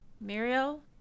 Muriel